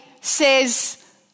says